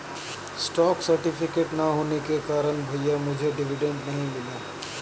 stock certificate ना होने के कारण भैया मुझे डिविडेंड नहीं मिला